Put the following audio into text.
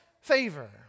favor